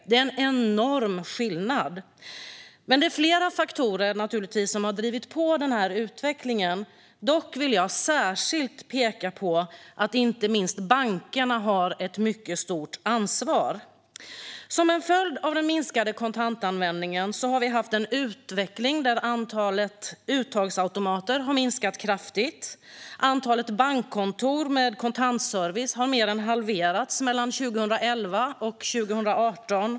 Det är en enorm skillnad. Det är flera faktorer som drivit på den utvecklingen. Dock vill jag särskilt peka på att inte minst bankerna har ett mycket stort ansvar. Som en följd av den minskade kontantanvändningen har vi haft en utveckling där antalet uttagsautomater har minskat kraftigt. Antalet bankkontor med kontantservice har mer än halverats 2011-2018.